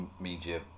media